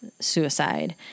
suicide